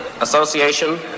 Association